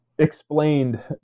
Explained